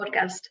podcast